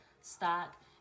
stock